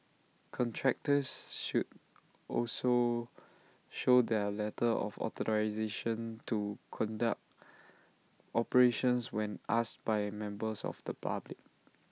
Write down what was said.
contractors should also show their letter of authorisation to conduct operations when asked by members of the public